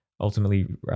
ultimately